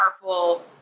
powerful